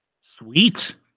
Sweet